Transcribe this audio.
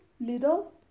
little